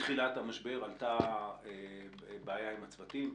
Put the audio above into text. מתחילת המשבר עלתה בעיה עם הצוותים.